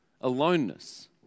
aloneness